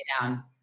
down